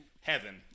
heaven